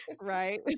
right